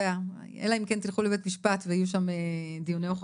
אלא אם תלכו לבית משפט ויהיו שם דיוני הוכחות.